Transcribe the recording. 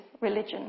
religion